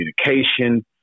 communication